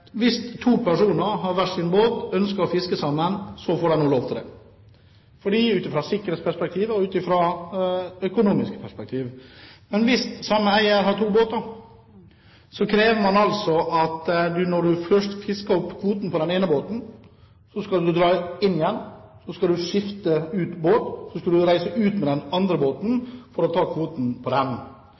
å fiske sammen, så får de nå lov til det, ut fra et sikkerhetsperspektiv og et økonomisk perspektiv. Men hvis samme eier har to båter, krever man altså at når man først har fisket opp kvoten til den ene båten, skal man dra inn igjen, skifte båt og dra ut med den andre båten for å ta kvoten til den.